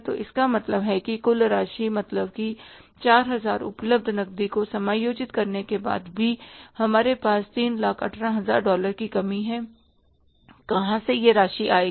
तो इसका मतलब है कि कुल राशि मतलब कि 4000 उपलब्ध नकदी को समायोजित करने के बाद भी हमारे पास 318000 डॉलर की कमी हैकहां से यह राशि आएगी